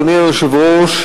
אדוני היושב-ראש,